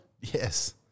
Yes